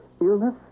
Illness